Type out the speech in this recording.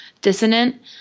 dissonant